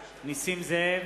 (קורא בשמות חברי הכנסת)